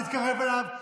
תתקרב אליו,